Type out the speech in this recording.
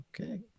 Okay